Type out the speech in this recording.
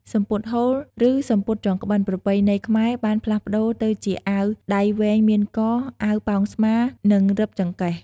សំពត់ហូល ឬ សំពត់ចងក្បិនប្រពៃណីខ្មែរបានផ្លាស់ប្តូរទៅជាអាវដៃវែងមានក អាវប៉ោងស្មា និង រឹបចង្កេះ។